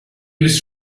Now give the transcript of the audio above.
was